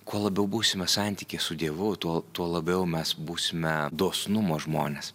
kuo labiau būsime santyky su dievu tuo tuo labiau mes būsime dosnumo žmonės